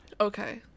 okay